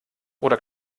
oder